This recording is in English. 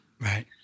Right